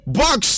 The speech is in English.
box